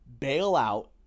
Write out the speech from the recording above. bailout